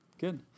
Good